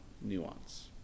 nuance